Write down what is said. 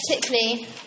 Particularly